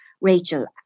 Rachel